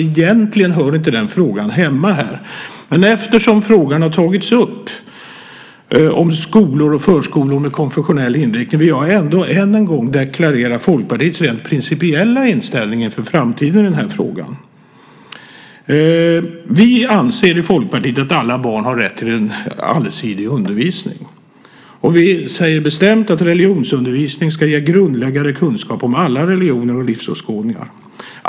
Egentligen hör alltså inte den frågan hemma här, men eftersom den har tagits upp vill jag ändå än en gång deklarera Folkpartiets rent principiella inställning inför framtiden i denna fråga. Vi i Folkpartiet anser att alla barn har rätt till en allsidig undervisning. Vi säger bestämt att religionsundervisning ska ge grundläggande kunskap om alla religioner och livsåskådningar.